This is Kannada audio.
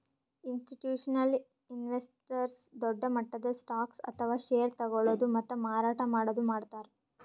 ಇಸ್ಟಿಟ್ಯೂಷನಲ್ ಇನ್ವೆಸ್ಟರ್ಸ್ ದೊಡ್ಡ್ ಮಟ್ಟದ್ ಸ್ಟಾಕ್ಸ್ ಅಥವಾ ಷೇರ್ ತಗೋಳದು ಮತ್ತ್ ಮಾರಾಟ್ ಮಾಡದು ಮಾಡ್ತಾರ್